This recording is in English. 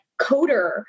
coder